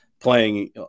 playing